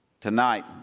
Tonight